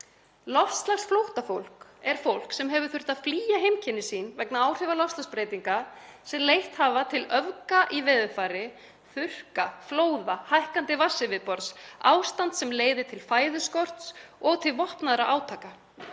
Loftslagsflóttafólk er fólk sem hefur þurft að flýja heimkynni sín vegna áhrifa loftslagsbreytinga sem leitt hafa til öfga í veðurfari, þurrka, flóða, hækkandi vatnsyfirborðs, ástands sem leiðir til fæðuskorts og til vopnaðra átaka.